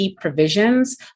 provisions